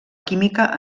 química